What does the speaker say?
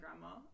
grandma